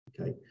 Okay